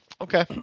Okay